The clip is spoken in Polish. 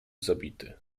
zabity